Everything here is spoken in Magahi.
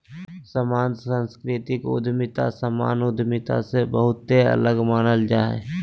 सामान्यत सांस्कृतिक उद्यमिता सामान्य उद्यमिता से बहुते अलग मानल जा हय